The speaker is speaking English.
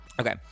Okay